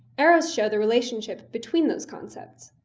arrows show the relationships between those concepts.